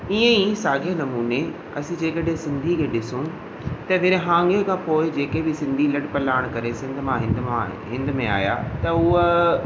ईअं ई साॻिए नमूने असीं जेकॾहिं सिंधी खे ॾिसूं त विरिहाङे खां पोइ जेके बि सिंधी लॾु पलाण करे सिंध मां हिंद मां हिंद में आहियां त उहा